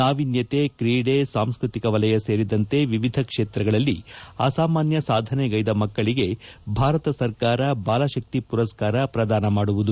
ನಾವಿನ್ನತೆ ಕ್ರೀಡೆ ಸಾಂಸ್ಟ್ರಿಕ ವಲಯ ಸೇರಿದಂತೆ ಎವಿದ ಕ್ಷೇತ್ರಗಳಲ್ಲಿ ಅಸಾಮಾನ್ನ ಸಾಧನೆಗೈದ ಮಕ್ಕಳಿಗೆ ಭಾರತ ಸರ್ಕಾರ ಬಾಲಶಕ್ತಿ ಮರಸ್ಕಾರ ಪ್ರದಾನ ಮಾಡಲಿದೆ